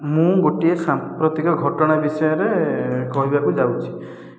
ମୁଁ ଗୋଟିଏ ସାମ୍ପ୍ରତିକ ଘଟଣା ବିଷୟରେ କହିବାକୁ ଯାଉଛି